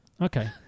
Okay